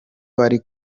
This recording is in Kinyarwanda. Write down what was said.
bari